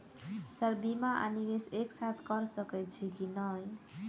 Sir बीमा आ निवेश एक साथ करऽ सकै छी की न ई?